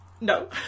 no